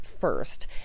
first